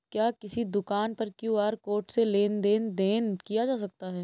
क्या किसी दुकान पर क्यू.आर कोड से लेन देन देन किया जा सकता है?